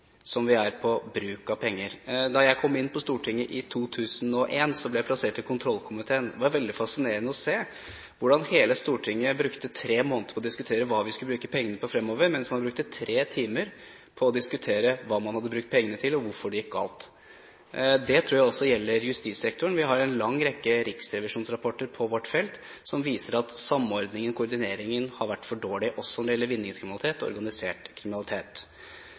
som vi er med bruk av penger. Da jeg kom inn på Stortinget i 2001, ble jeg plassert i kontrollkomiteen. Det var veldig fascinerende å se hvordan hele Stortinget brukte tre måneder på å diskutere hva vi skulle bruke pengene på fremover, mens man brukte tre timer på å diskutere hva man hadde brukt pengene til, og hvorfor det gikk galt. Det tror jeg også gjelder justissektoren. Vi har en lang rekke riksrevisjonsrapporter på vårt felt som viser at samordningen og koordineringen har vært for dårlig også når det gjelder vinningskriminalitet og organisert kriminalitet.